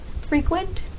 frequent